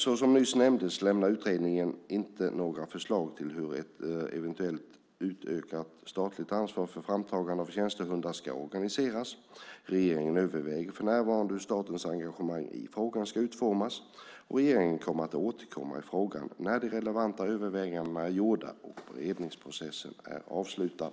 Så som nyss nämndes lämnade utredningen inte några förslag till hur ett eventuellt utökat statligt ansvar för framtagandet av tjänstehundar ska organiseras. Regeringen överväger för närvarande hur statens engagemang i frågan ska utformas. Regeringen kommer att återkomma i frågan när de relevanta övervägandena har gjorts och beredningsprocessen är avslutad.